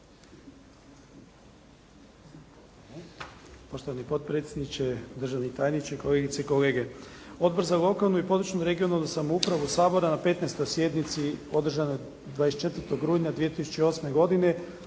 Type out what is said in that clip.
Poštovani potpredsjedniče, državni tajniče, kolegice i kolege. Odbor za lokalnu, područnu i regionalnu samoupravu Sabora na 15. sjednici održanoj 24. rujna 2008. godine